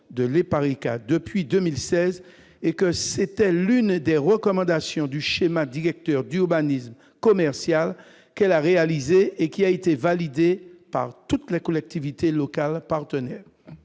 de l'EPARECA depuis 2016. C'était l'une des recommandations du schéma directeur d'urbanisme commercial qu'elle a réalisé et qui a été validé par toutes les collectivités locales partenaires.